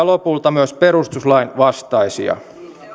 lopulta myös perustuslain vastaisia